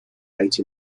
late